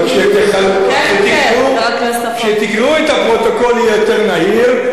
אבל כשתקראו את הפרוטוקול יהיה יותר נהיר,